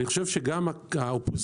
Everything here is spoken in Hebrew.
אני חושב שגם האופוזיציה,